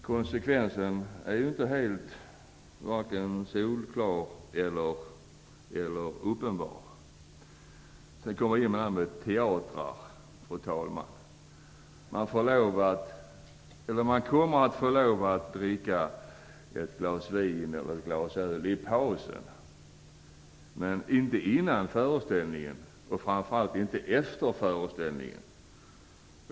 Konsekvensen är inte helt vare sig solklar eller uppenbar. Sedan kommer jag in på ämnet vinservering vid teatrar. Man kommer att få lov att dricka ett glas vin eller öl i pausen, men inte före föreställningen och framför allt efter den.